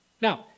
Now